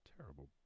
terrible